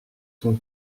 son